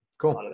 Cool